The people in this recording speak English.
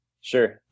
Sure